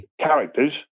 characters